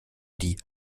die